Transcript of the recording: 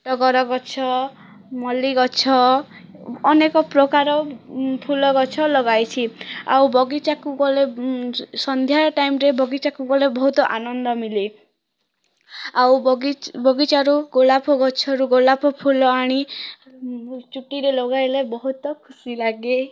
ଟଗର ଗଛ ମଲ୍ଲି ଗଛ ଅନେକ ପ୍ରକାର ଫୁଲ ଗଛ ଲଗାଇଛି ଆଉ ବଗିଚାକୁ ଗଲେ ସନ୍ଧ୍ୟା ଟାଇମ୍ରେ ବଗିଚାକୁ ଗଲେ ବହୁତ ଆନନ୍ଦ ମିଲେ ଆଉ ବଗିଚା ବଗିଚାରୁ ଗୋଲାପ ଗଛରୁ ଗୋଲାପ ଫୁଲ ଆଣି ଚୁଟିରେ ଲଗାଇଲେ ବହୁତ ଖୁସି ଲାଗେ